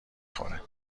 خوره